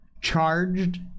Charged